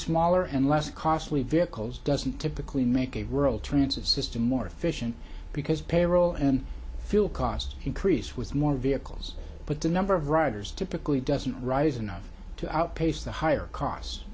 smaller and less costly vehicles doesn't typically make a rural transit system more efficient because payroll and fuel costs increase with more vehicles but the number of riders typically doesn't rise enough to outpace the higher costs